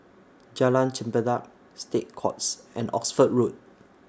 Jalan Chempedak State Courts and Oxford Road